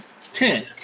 Ten